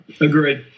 agreed